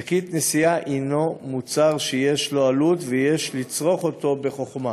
שקית נשיאה הנה מוצר שיש לו עלות ויש לצרוך אותו בחוכמה.